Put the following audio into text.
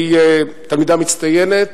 היא תלמידה מצטיינת.